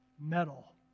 metal